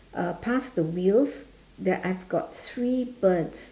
uh past the wheels there I've got three birds